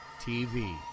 TV